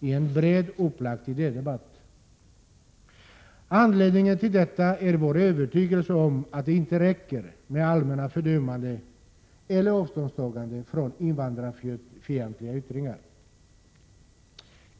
i en brett upplagd idédebatt. Anledningen till detta är vår övertygelse om att det inte räcker med allmänna fördömanden eller avståndstaganden från invandrarfientliga yttringar.